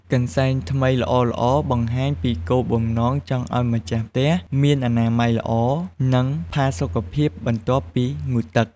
កន្សែងថ្មីល្អៗបង្ហាញពីបំណងចង់ឲ្យម្ចាស់ផ្ទះមានអនាម័យល្អ និងផាសុកភាពបន្ទាប់ពីងូតទឹក។